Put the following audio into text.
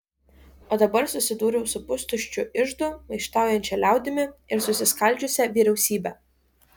o dabar susidūriau su pustuščiu iždu maištaujančia liaudimi ir susiskaldžiusia vyriausybe